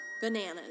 Bananas